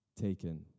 taken